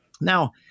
Now